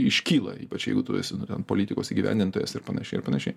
iškyla ypač jeigu tu esi nu ten politikos įgyvendintojas ir panašiai ir panašiai